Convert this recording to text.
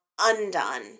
undone